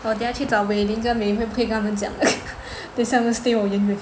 我等下去找 Wei Ling 跟 Mei Hui 不可以跟他们讲